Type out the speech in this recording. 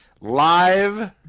live